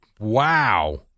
Wow